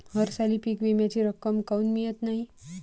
हरसाली पीक विम्याची रक्कम काऊन मियत नाई?